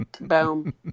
Boom